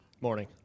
Morning